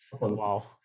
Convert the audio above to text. Wow